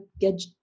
get